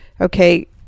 Okay